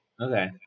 Okay